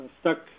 stuck